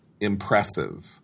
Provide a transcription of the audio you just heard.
impressive